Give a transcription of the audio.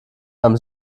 beim